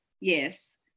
yes